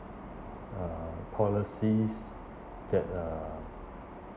uh policies that uh